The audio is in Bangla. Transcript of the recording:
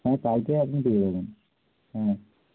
হ্যাঁ কালকে আপনি পেয়ে যাবেন হ্যাঁ